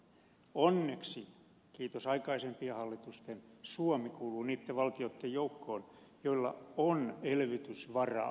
onneksi kiitos aikaisempien hallitusten suomi kuuluu niitten valtioitten joukkoon joilla on elvytysvaraa